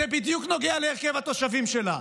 וזה בדיוק נוגע להרכב התושבים שלה.